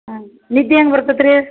ಹಾಂ ನಿದ್ದೆ ಹೆಂಗ್ ಬರ್ತೈತಿ ರೀ